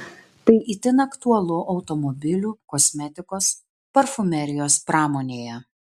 tai itin aktualu automobilių kosmetikos parfumerijos pramonėje